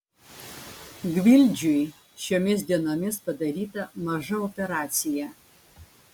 gvildžiui šiomis dienomis padaryta maža operacija